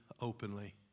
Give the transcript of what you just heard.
openly